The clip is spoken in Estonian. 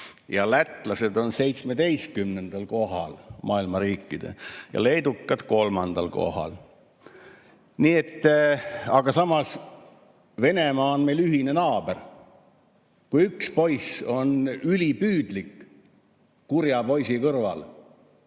lätlased on 17. kohal maailma riikide seas, leedukad kolmandal kohal. Samas Venemaa on meie ühine naaber. Kui üks poiss on ülipüüdlik kurja poisi kõrval